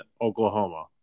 Oklahoma